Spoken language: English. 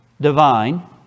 divine